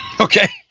Okay